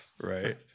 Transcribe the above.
Right